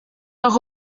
auch